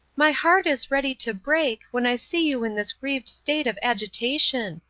my heart is ready to break, when i see you in this grieved state of agitation.